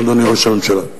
אדוני ראש הממשלה?